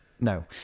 no